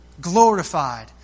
glorified